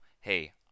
hey